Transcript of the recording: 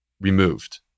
removed